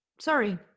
sorry